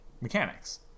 mechanics